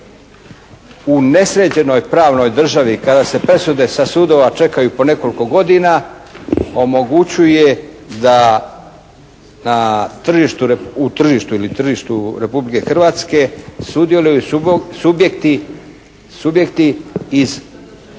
u nesređenoj pravnoj državi kada se presude sa sudova čekaju i po nekoliko godina omogućuje da na tržištu, u tržištu ili tržištu Republike Hrvatske sudjeluju subjekti iz